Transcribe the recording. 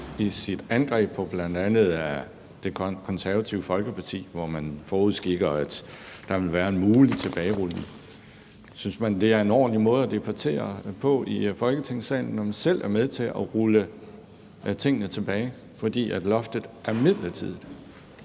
i sit angreb på bl.a. Det Konservative Folkeparti, som forudskikker, at der vil være en mulig tilbagerulning. Synes man, det er en ordentlig måde at debattere på i Folketingssalen, når man selv er med til at rulle tingene tilbage, fordi loftet er midlertidigt?